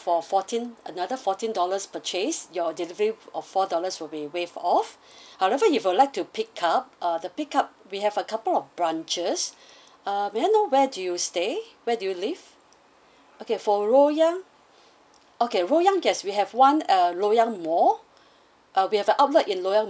for fourteen another fourteen dollars purchase your delivery of four dollars will be waived off however if you'd like to pick up uh the pick up we have a couple of branches uh may I know where do you stay where do you live okay for loyang okay loyang yes we have one uh loyang mall uh we have a outlet in loyang